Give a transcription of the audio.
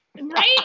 Right